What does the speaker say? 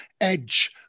edge